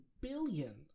billion